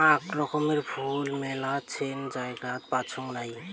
আক রকমের ফুল মেলাছেন জায়গাত পাইচুঙ নাই